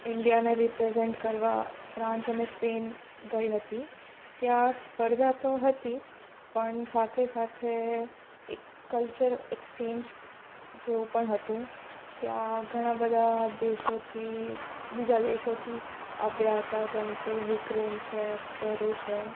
ઈન્ડિયાને represent કરવા France અને Spain ગઈ હતી ત્યાં સ્પર્ધા તો ત્યાં હતી જ પણ સાથે સાથે એક કલ્ચર એક્સ્ચેન્જ જેવું પણ હતું ત્યાં ઘણાબધા દેશોથી બીજા દેશોથી આવ્યા હતા જેમ કે યુક્રેન છે પેરુ છે